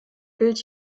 gilt